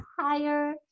higher